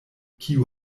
kiu